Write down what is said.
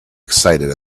excited